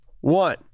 One